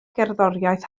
gerddoriaeth